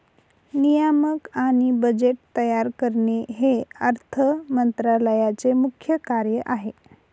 नियामक आणि बजेट तयार करणे हे अर्थ मंत्रालयाचे मुख्य कार्य आहे